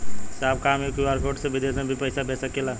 साहब का हम क्यू.आर कोड से बिदेश में भी पैसा भेज सकेला?